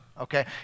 okay